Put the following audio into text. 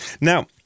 Now